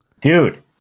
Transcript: dude